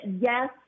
yes